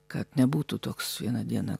kad nebūtų toks vieną dieną